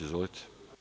Izvolite.